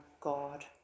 God